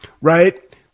right